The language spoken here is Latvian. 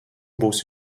būs